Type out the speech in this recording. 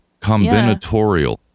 Combinatorial